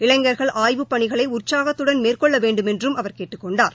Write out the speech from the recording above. இளைஞர்கள் ஆய்வுப் பணிகளை உற்சாகத்துடன் மேற்கொள்ள வேண்டுமென்றும் அவர் கேட்டுக் கொண்டார்